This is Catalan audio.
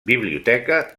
biblioteca